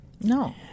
No